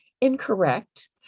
incorrect